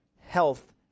health